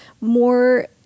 more